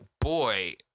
boy